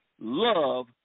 love